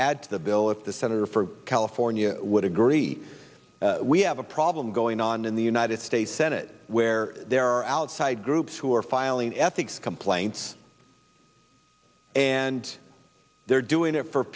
add to the bill if the senator from california would agree we have a problem going on in the united states senate where there are outside groups who are filing ethics complaints and they're doing it for